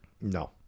No